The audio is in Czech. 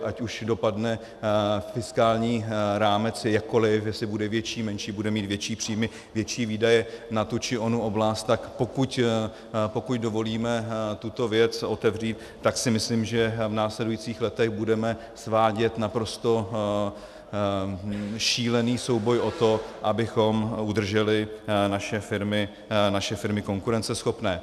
Ať už dopadne fiskální rámec jakkoli, jestli bude větší, menší, bude mít větší příjmy, větší výdaje na tu či onu oblast, tak pokud dovolíme tuto věc otevřít, tak si myslím, že v následujících letech budeme svádět naprosto šílený souboj o to, abychom udrželi naše firmy konkurenceschopné.